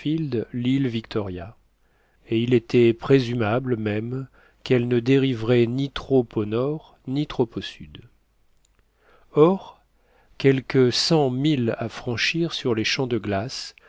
l'île victoria et il était présumable même qu'elle ne dériverait ni trop au nord ni trop au sud or quelques cents milles à franchir sur les champs de glace